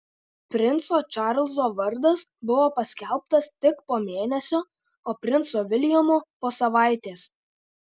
princo čarlzo vardas buvo paskelbtas tik po mėnesio o princo viljamo po savaitės